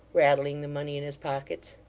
rattling the money in his pockets.